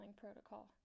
protocol